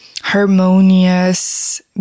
harmonious